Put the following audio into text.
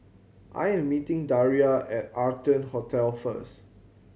I am meeting Daria at Arton Hotel first